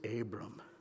abram